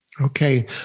Okay